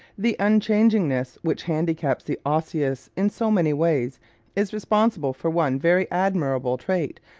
the unchangingness which handicaps the osseous in so many ways is responsible for one very admirable trait.